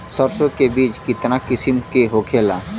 सरसो के बिज कितना किस्म के होखे ला?